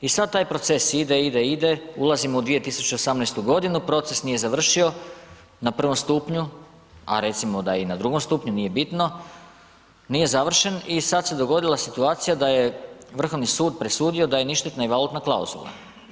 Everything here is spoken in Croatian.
I sad taj proces ide, ide, ide, ulazimo u 2018. g., proces nije završio na prvom stupnju a recimo da i na drugom stupnju, nije bitno, nije završen i sad se dogodila situacija da je Vrhovni sud presudio da je ništetna i valutna klauzula.